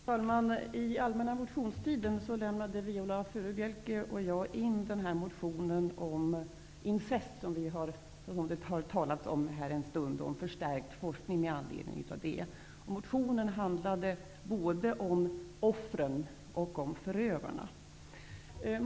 Herr talman! Under den allmänna motionstiden lämnade Viola Furubjelke och jag in vår motion om incest, som det har talats om här en stund, och om förstärkt forskning med anledning av detta. Motionen handlade både om offren och förövarna.